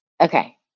Okay